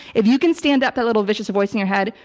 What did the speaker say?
if you can stand up a little vicious voice in your head,